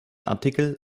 artikel